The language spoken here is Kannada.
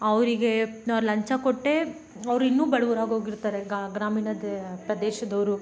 ಅವರಿಗೆ ಲಂಚ ಕೊಟ್ಟೇ ಅವರು ಇನ್ನೂ ಬಡವ್ರಾಗಿ ಹೋಗಿರ್ತಾರೆ ಗಾ ಗ್ರಾಮೀಣದ ಪ್ರದೇಶದವರು